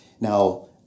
now